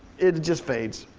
it just fades.